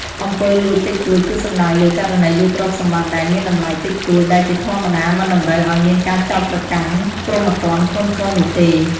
អំពើលួចតិចតួច គឺសំដៅលើ ករណីលួចទ្រព្យសម្បត្តិដែលមានតម្លៃតិចតួច ដែលជាធម្មតាមិនតម្រូវឱ្យមានការចោទប្រកាន់ព្រហ្មទណ្ឌធ្ងន់ធ្ងរនោះទេ។